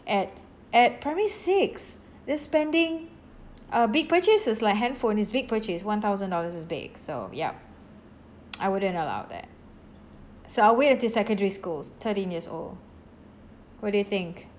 at at primary six they're spending uh big purchases like handphone is big purchase one thousand dollars is big so yup I wouldn't allow that so I'll wait until secondary schools thirteen years old what do you think